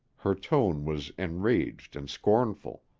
her tone was enraged and scornful.